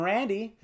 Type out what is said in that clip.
Randy